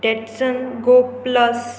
Datsun go plus